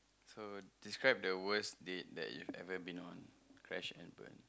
so describe the worst date that you've ever been on crash and burn